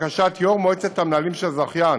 לבקשת יו"ר מועצת המנהלים של הזכיין